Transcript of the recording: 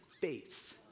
face